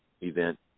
event